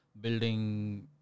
building